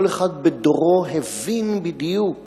כל אחד בדורו הבין בדיוק